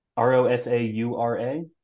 R-O-S-A-U-R-A